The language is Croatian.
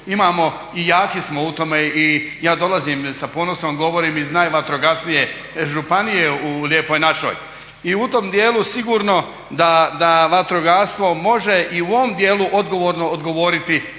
imamo i jaki smo u tome i ja dolazim i sa ponosom govorim iz najvatrogasnije županije u lijepoj našoj. I u tom djelu sigurno da vatrogastvo može i u ovom djelu odgovorno odgovoriti